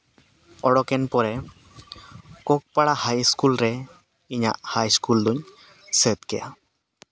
ᱩᱰᱳᱠᱮᱱ ᱯᱚᱨᱮ ᱠᱳᱠ ᱯᱟᱲᱟ ᱦᱟᱭ ᱥᱠᱩᱞ ᱨᱮ ᱤᱧᱟᱹᱜ ᱦᱟᱭ ᱥᱠᱩᱞ ᱫᱚᱧ ᱥᱟᱹᱛ ᱠᱮᱫᱼᱟ